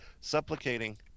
supplicating